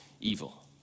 evil